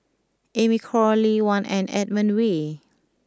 Amy Khor Lee Wen and Edmund Wee